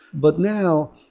but now,